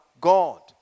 God